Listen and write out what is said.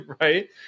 right